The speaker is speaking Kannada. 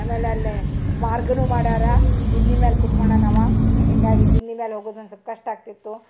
ಆಮೇಲ್ ಅಲ್ಲೆ ಮಾರ್ಗನು ಮಾಡಾರ ತಿನ್ನಿ ಮ್ಯಾಲ ಕುತ್ಕೊಂಡನವ ಹೀಗಾಗಿ ದಿನ್ನಿ ಮ್ಯಾಲ ಹೋಗೋದು ಒಂದು ಸ್ವಲ್ಪ ಕಷ್ಟ ಆಗ್ತಿತ್ತು